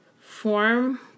form